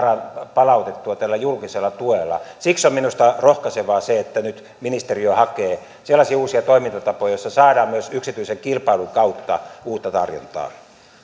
palautettua tällä julkisella tuella siksi on minusta rohkaisevaa se että nyt ministeriö hakee sellaisia uusia toimintatapoja joilla saadaan myös yksityisen kilpailun kautta uutta tarjontaa